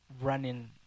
running